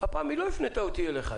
הפעם היא לא הפנתה אותי אליך.